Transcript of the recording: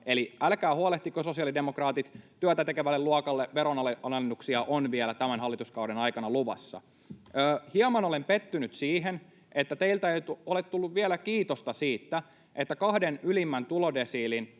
Eli älkää huolehtiko, sosiaalidemokraatit, työtä tekevälle luokalle veronalennuksia on vielä tämän hallituskauden aikana luvassa. Hieman olen pettynyt siihen, että teiltä ei ole tullut vielä kiitosta siitä, että kahden ylimmän tulodesiilin